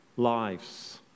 lives